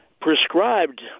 prescribed